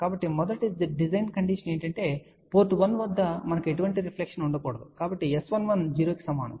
కాబట్టి మొదటి design condition ఏమిటంటే పోర్ట్ 1 వద్ద మనకు ఎటువంటి రిఫ్లెక్షన్ ఉండకూడదు కాబట్టి S11 0 కి సమానం